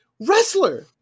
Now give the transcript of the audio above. wrestler